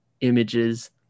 images